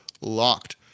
LOCKED